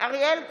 אריאל קלנר,